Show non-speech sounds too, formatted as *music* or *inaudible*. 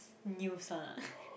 news one ah *laughs*